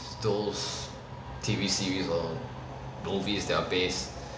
those T_V series or movies that are based